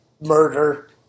murder